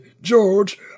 George